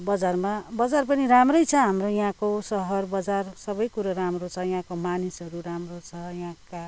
बजारमा बजार पनि राम्रै छ हाम्रो यहाँको सहर बजार सबै कुरो राम्रो छ यहाँको मानिसहरू राम्रो छ यहाँका